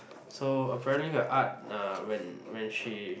so apparently her art uh when when she